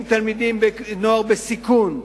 עם נוער בסיכון,